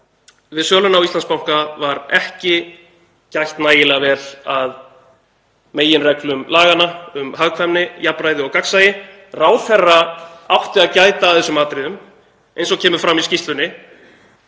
við söluna á Íslandsbanka var ekki gætt nægilega vel að meginreglum laganna um hagkvæmni, jafnræði og gagnsæi. Ráðherra átti að gæta að þessum atriðum eins og kemur fram í skýrslunni.